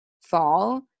fall